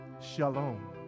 Shalom